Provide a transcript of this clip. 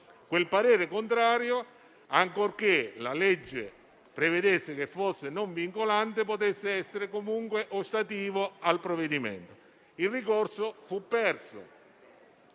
quel parere contrario, ancorché la legge prevedesse che fosse non vincolante, poteva essere comunque ostativo al provvedimento. Il ricorso fu